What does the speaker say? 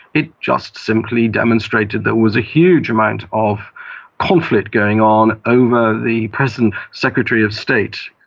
it just simply demonstrated there was a huge amount of conflict going on over the present secretary of state,